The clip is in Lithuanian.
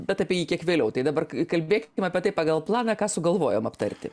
bet apie jį kiek vėliau tai dabar kalbėkim apie tai pagal planą ką sugalvojom aptarti